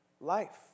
life